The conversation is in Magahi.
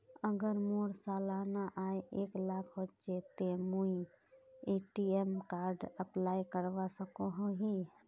अगर मोर सालाना आय एक लाख होचे ते मुई ए.टी.एम कार्ड अप्लाई करवा सकोहो ही?